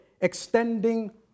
extending